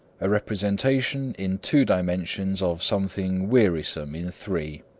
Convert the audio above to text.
a representation in two dimensions of something wearisome in three.